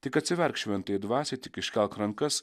tik atsiverk šventąjai dvasiai tik iškelk rankas